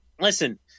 Listen